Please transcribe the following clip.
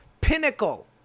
pinnacle